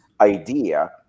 idea